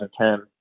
2010